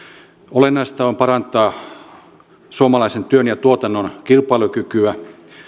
olennaista on parantaa suomalaisen työn ja tuotannon kilpailukykyä